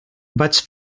vaig